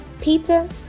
pizza